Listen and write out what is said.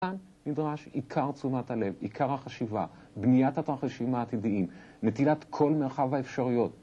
כאן נדרש עיקר תשומת הלב, עיקר החשיבה, בניית התרחשים העתידיים, נטילת כל מרחב האפשריות.